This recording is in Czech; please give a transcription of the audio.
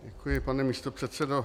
Děkuji, pane místopředsedo.